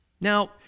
Now